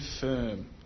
firm